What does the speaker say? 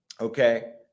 okay